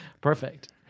Perfect